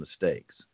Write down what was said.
mistakes